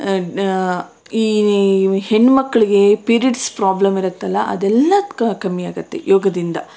ಈ ಹೆಣ್ಣು ಮಕ್ಕಳಿಗೆ ಪೀರಿಯಡ್ಸ್ ಪ್ರಾಬ್ಲಮ್ ಇರುತ್ತಲ್ಲ ಅದೆಲ್ಲ ಕಮ್ಮಿ ಆಗುತ್ತೆ ಯೋಗದಿಂದ